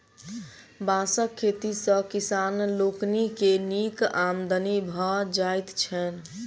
बाँसक खेती सॅ किसान लोकनि के नीक आमदनी भ जाइत छैन